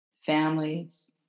families